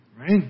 Right